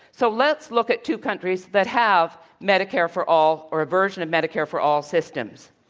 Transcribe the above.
so let's look at two countries that have medicare for all or aversion of medicare for all systems.